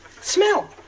Smell